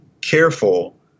careful